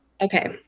Okay